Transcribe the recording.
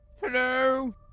Hello